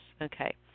okay